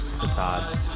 facades